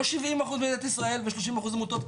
לא 70% מדינת ישראל ו-30% עמותות.